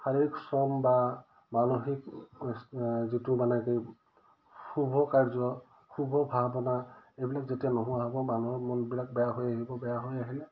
শাৰীৰিক শ্ৰম বা মানসিক যিটো মানে কি শুভ কাৰ্য শুভ ভাৱনা এইবিলাক যেতিয়া নোহোৱা হ'ব মানুহৰ মনবিলাক বেয়া হৈ আহিব বেয়া হৈ আহিলে